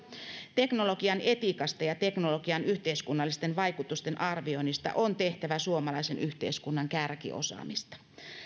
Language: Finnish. teknologian etiikasta ja teknologian yhteiskunnallisten vaikutusten arvioinnista on tehtävä suomalaisen yhteiskunnan kärkiosaamista